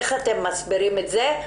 איך אתם מסבירים את זה?